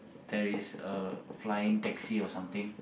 there is a flying taxi or something